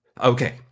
Okay